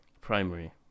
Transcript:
Primary